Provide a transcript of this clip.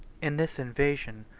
in this invasion,